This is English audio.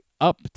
Up